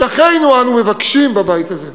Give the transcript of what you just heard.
את אחינו אנו מבקשים בבית הזה.